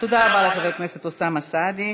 תודה רבה לחבר הכנסת אוסאמה סעדי.